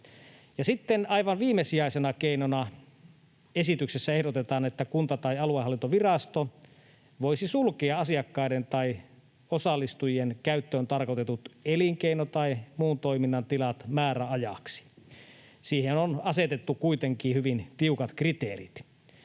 sitten aivan viimesijaisena keinona esityksessä ehdotetaan, että kunta tai aluehallintovirasto voisi sulkea asiakkaiden tai osallistujien käyttöön tarkoitetut elinkeino‑ tai muun toiminnan tilat määräajaksi. Siihen on asetettu kuitenkin hyvin tiukat kriteerit.